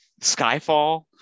Skyfall